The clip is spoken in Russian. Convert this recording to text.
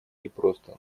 непросто